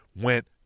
went